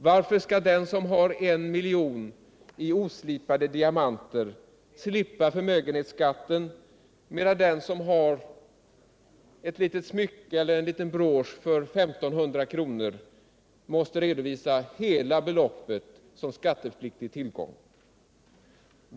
Varför skall den som har en miljon i oslipade diamanter slippa skatt, medan den som har en liten brosch eller något annat smycke som är värt 1 500 kr. måste redovisa hela beloppet som skattepliktig tillgång?